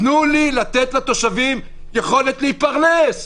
תנו לי לתת לתושבים יכולת להתפרנס,